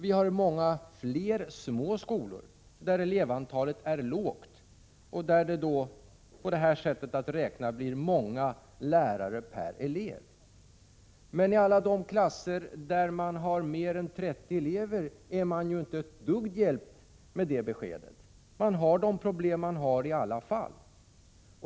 Vi har många fler små skolor där elevantalet är lågt och där det med det här sättet att räkna blir många lärare per elev. Men i alla de klasser där man har mer än 30 elever är man inte ett dugg hjälpt med det beskedet — man har de problem man har i alla fall.